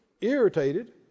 irritated